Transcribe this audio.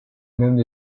même